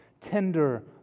tender